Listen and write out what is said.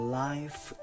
life